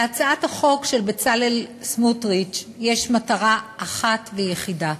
להצעת החוק של בצלאל סמוטריץ יש מטרה אחת ויחידה,